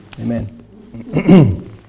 Amen